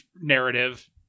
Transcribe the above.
narrative